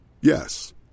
Yes